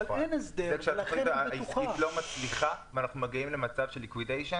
זה שתוכנית עסקית לא מצליחה, איפה הם יעמדו?